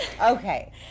Okay